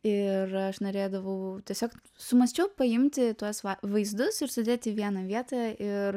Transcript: ir aš norėdavau tiesiog sumąsčiau paimti tuos va vaizdus ir sudėt į vieną vietą ir